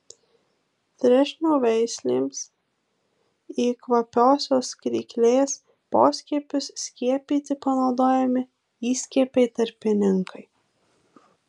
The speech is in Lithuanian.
trešnių veislėms į kvapiosios kryklės poskiepius skiepyti panaudojami įskiepiai tarpininkai